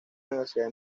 universidad